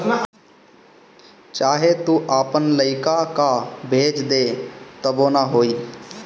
चाहे तू आपन लइका कअ भेज दअ तबो ना होई